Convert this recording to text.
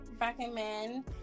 recommend